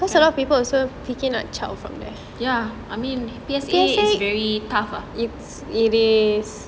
ya I mean P_S_A is very tough ah